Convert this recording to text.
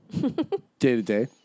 Day-to-day